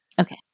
Okay